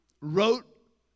wrote